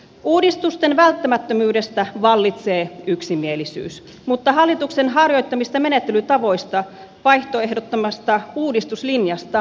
uudistusten välttämättömyydestä vallitsee yksimielisyys mutta alituksen harjoittamista menettelytavoista vaihtoehdottomasta uudistuslinjasta